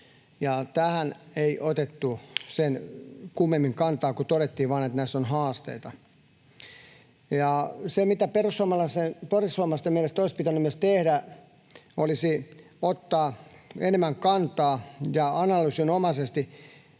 Tähän ei otettu sen kummemmin kantaa kuin todettiin vain, että näissä on haasteita. Perussuomalaisten mielestä olisi pitänyt myös ottaa enemmän kantaa ja analyysinomaisesti